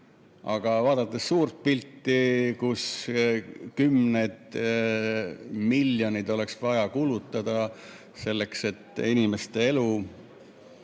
vaadates suurt pilti, kus kümned miljonid oleks vaja kulutada selleks, et inimeste elu